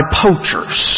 poachers